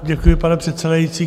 Děkuji, pane předsedající.